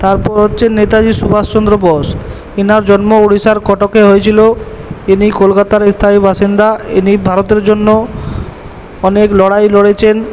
তারপর হচ্ছে নেতাজি সুভাষ চন্দ্র বোস এনার জন্ম উড়িষ্যার কটকে হয়েছিলো ইনি কলকাতার স্থায়ী বাসিন্দা ইনি ভারতের জন্য অনেক লড়াই লড়েছেন